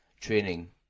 training